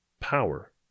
power